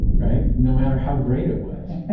right? no matter how great it was.